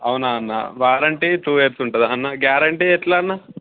అవునా అన్న warranty two years ఉంటుందా అన్న గ్యారంటీ ఎట్ల అన్న